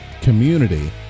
community